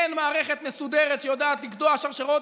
אין מערכת מסודרת שיודעת לגדוע שרשראות